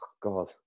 God